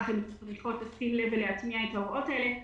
הן צריכות לשים לב ולהטמיע את ההוראות האלה,